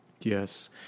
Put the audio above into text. yes